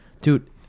Dude